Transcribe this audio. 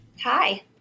Hi